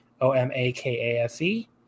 o-m-a-k-a-s-e